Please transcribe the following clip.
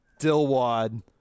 Dilwad